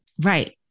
Right